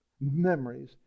memories